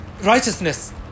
righteousness